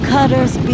Cutter's